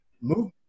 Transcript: move